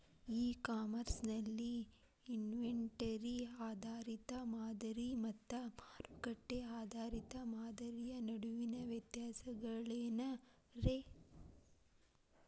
E commerce ನಲ್ಲಿ inventory ಆಧಾರಿತ ಮಾದರಿ ಮತ್ತ ಮಾರುಕಟ್ಟೆ ಆಧಾರಿತ ಮಾದರಿಯ ನಡುವಿನ ವ್ಯತ್ಯಾಸಗಳೇನ ರೇ?